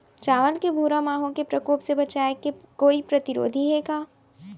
चांवल के भूरा माहो के प्रकोप से बचाये के कोई प्रतिरोधी हे का?